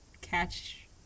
catch